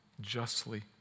justly